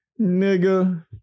Nigga